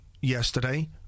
yesterday